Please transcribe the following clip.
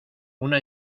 una